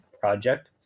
project